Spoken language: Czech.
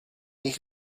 jich